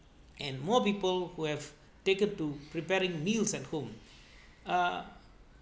and more people who have taken to preparing meals at home uh